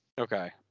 Okay